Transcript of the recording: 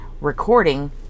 Recording